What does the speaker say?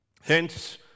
Hence